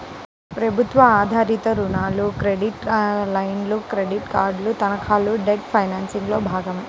ప్రభుత్వ ఆధారిత రుణాలు, క్రెడిట్ లైన్లు, క్రెడిట్ కార్డులు, తనఖాలు డెట్ ఫైనాన్సింగ్లో భాగమే